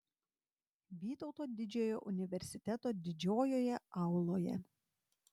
vytauto didžiojo universiteto didžiojoje auloje